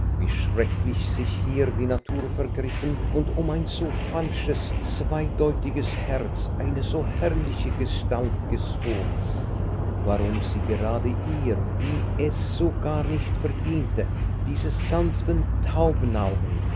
wie schrecklich sich hier die natur vergriffen und um ein so falsches zweideutiges herz eine so herrliche gestalt gezogen warum sie gerade ihr die es so gar nicht verdiente diese sanften